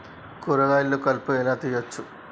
కూరగాయలలో కలుపు ఎలా తీయచ్చు?